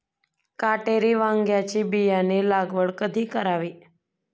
काटेरी वांग्याची बियाणे लागवड कधी करावी?